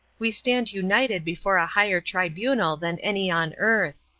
we stand united before a higher tribunal than any on earth.